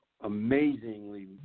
amazingly